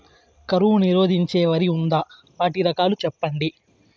కరువు నిరోధించే వరి ఉందా? వాటి రకాలు చెప్పండి?